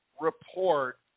report